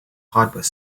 hardware